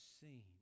seen